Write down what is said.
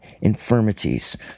infirmities